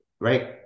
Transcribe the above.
right